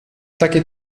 takie